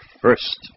first